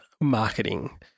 marketing